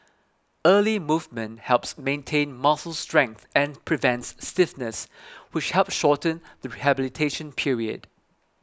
early movement helps maintain muscle strength and prevents stiffness which help shorten the rehabilitation period